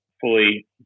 fully